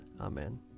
Amen